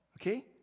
Okay